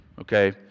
okay